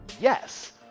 Yes